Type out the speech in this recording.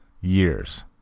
years